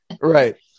Right